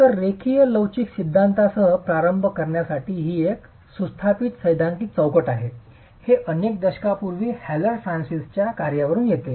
तर रेखीय लवचिक सिद्धांतासह प्रारंभ करण्यासाठी ही एक सुस्थापित सैद्धांतिक चौकट आहे हे अनेक दशकांपूर्वी हॅलर फ्रान्सिसच्या कार्यावरून येते